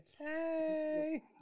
Hey